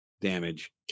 damage